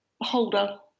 holder